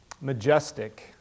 majestic